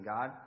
God